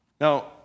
Now